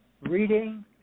Reading